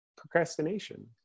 procrastination